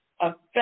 affect